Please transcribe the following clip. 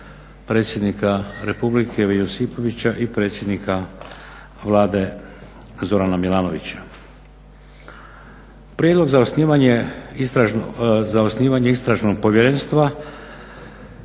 predsjednika Republike Ive Josipovića i predsjednika Vlade Zorana Milanovića. Prijedlog za osnivanje istražnog povjerenstva